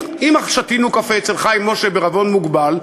אם שתינו קפה אצל חיים משה בעירבון מוגבל,